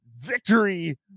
victory